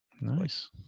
Nice